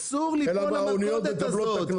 אסור ליפול למלכודת הזאת,